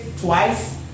twice